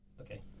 Okay